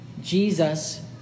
Jesus